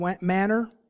manner